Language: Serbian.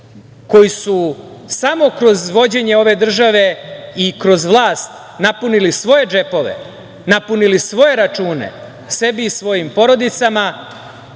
koji su samo kroz vođenje ove države i kroz vlast napunili svoje džepove, napunili svoje račune, sebi i svojim porodicama.